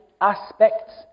aspects